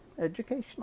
educational